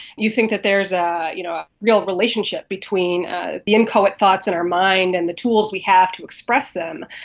you think that there is a you know ah real relationship between ah the and so inchoate thoughts in our mind and the tools we have to express them,